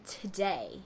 today